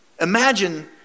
Imagine